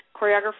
choreographer